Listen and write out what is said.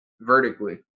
vertically